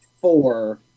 four